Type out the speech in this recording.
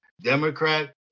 Democrat